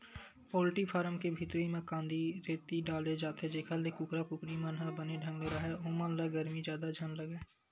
poultry farm के भीतरी म कांदी, रेती डाले जाथे जेखर ले कुकरा कुकरी मन ह बने ढंग ले राहय ओमन ल गरमी जादा झन लगय